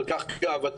על כך גאוותנו,